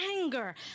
anger